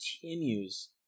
continues